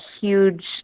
huge